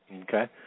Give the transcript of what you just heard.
Okay